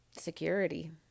security